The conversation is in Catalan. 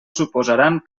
suposaran